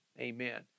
Amen